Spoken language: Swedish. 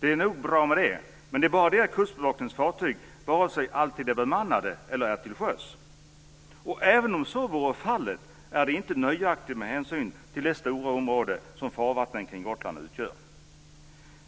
Det är nog bra med det, men Kustbevakningens fartyg är inte alltid bemannade eller till sjöss. Och även om så vore fallet är det inte nöjaktigt med hänsyn till det stora område som farvattnen kring Gotland utgör.